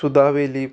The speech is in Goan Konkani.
सुदा वेलीप